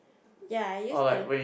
ya I used to